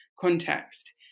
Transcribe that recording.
context